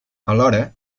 alhora